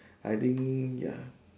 I think ya